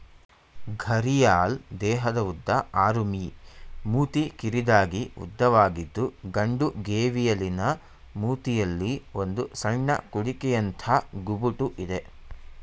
ಘರಿಯಾಲ್ ದೇಹದ ಉದ್ದ ಆರು ಮೀ ಮೂತಿ ಕಿರಿದಾಗಿ ಉದ್ದವಾಗಿದ್ದು ಗಂಡು ಗೇವಿಯಲಿನ ಮೂತಿಯಲ್ಲಿ ಒಂದು ಸಣ್ಣ ಕುಡಿಕೆಯಂಥ ಗುಬುಟು ಇದೆ